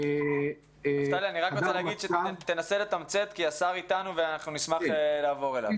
נפתלי, נסה לתמצת כי השר אתנו ונשמח לעבור אליו.